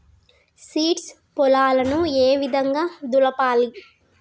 Seeds పొలాలను ఏ విధంగా దులపాలి?